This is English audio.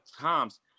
times